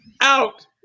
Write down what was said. Out